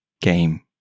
game